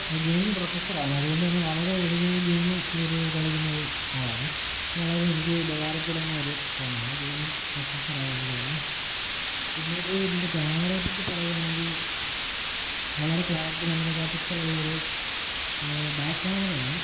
gaming പ്രൊസസ്സറാണ് അതുകൊണ്ട് തന്നെ വളരെ വീഡിയോ ഗെയിം ഒരു കളിക്കുന്നൊരു ആളാണ് വളരെ എനിക്ക് ഉപകാരപ്പെടുന്ന ഒരു ഫോണാണ് ഗൈമിംഗ് പ്രൊസസ്സറായത് കൊണ്ട് തന്നെ പിന്നീട് ഇതിൻ്റെ ക്യാമറയെ പറ്റി പറയുകയാണെങ്കിൽ വളരെ ക്ലാരിറ്റി നല്ല മെഗാ പിക്സൽ ഉള്ളൊരു ബാക്ക് ക്യാമറയാണ്